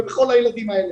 לכל הילדים האלה.